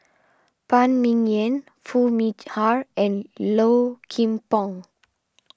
Phan Ming Yen Foo Meet Har and Low Kim Pong